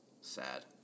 Sad